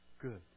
Good